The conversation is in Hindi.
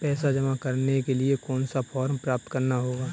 पैसा जमा करने के लिए कौन सा फॉर्म प्राप्त करना होगा?